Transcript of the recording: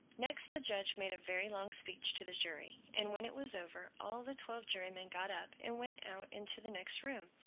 next the judge made a very long speech to the jury and when it was over all the twelve jurymen got up and went out into the next room.